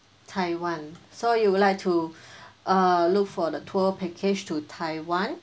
taiwan so you would like to uh look for the tour package to taiwan